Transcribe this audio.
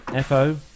FO